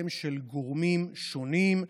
הם של גורמים שונים,